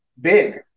big